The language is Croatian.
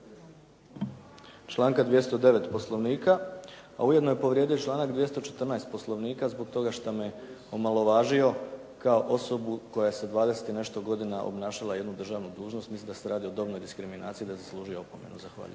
članka 209. Poslovnika a ujedno je povrijedio članak 214. Poslovnika zbog toga što me omalovažio kao osobu koja je sa 20 i nešto godina obnašala jednu državnu dužnost. Mislim da se radi o dobnoj diskriminaciji i da je zaslužio opomenu. Zahvaljujem.